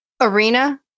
arena